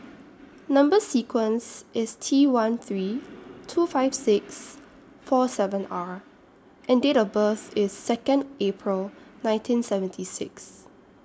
Number sequence IS T one three two five six four seven R and Date of birth IS Second April nineteen seventy six